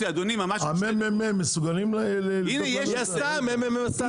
אדוני --- מרכז המחקר והמידע מסוגלים לבדוק לנו את זה?